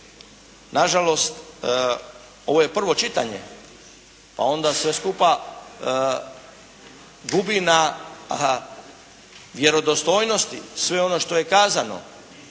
na žalost ovo je prvo čitanje, pa onda sve skupa gubi na vjerodostojnosti sve ono što je kazano.